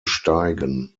steigen